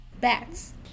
bats